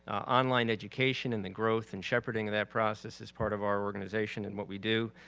online education and the growth and shepherding of that process is part of our organization and what we do.